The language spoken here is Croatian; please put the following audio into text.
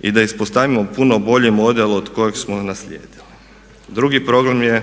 i da ispostavimo puno bolji model od onog koji smo naslijedili. Drugi problem je